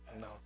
No